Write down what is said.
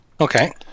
Okay